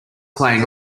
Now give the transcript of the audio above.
playing